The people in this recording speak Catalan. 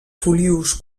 folíols